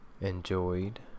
enjoyed